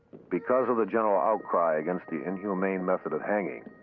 because of the general outcry against the inhumane method of hanging,